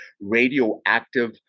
radioactive